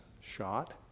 shot